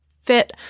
fit